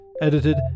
edited